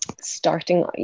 starting